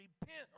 repent